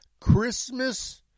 Christmas